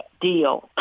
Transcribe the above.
deal